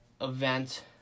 event